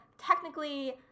Technically